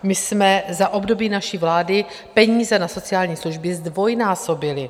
My jsme za období naší vlády peníze na sociální služby zdvojnásobili.